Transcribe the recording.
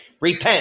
Repent